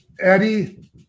Eddie